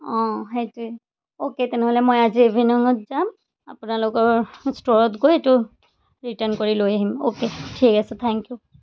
অঁ সেইটোৱে অ'কে তেনেহ'লে মই আজি ইভিনঙত যাম আপোনালোকৰ ষ্টৰত গৈ এইটো ৰিটাৰ্ণ কৰি লৈ আহিম অ'কে ঠিক আছে থেংক ইউ